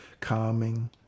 calming